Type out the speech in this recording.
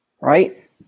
Right